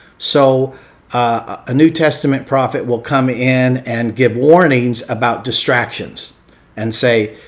so a new testament prophet will come in and give warnings about distractions and say,